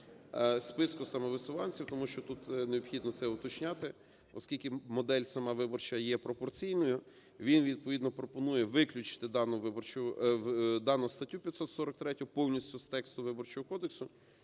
списку самовисуванців, тому що тут необхідно це уточняти, оскільки модель сама виборча є пропорційною. Він відповідно пропонує виключити дану статтю 543 повністю з тексту Виборчого кодексу,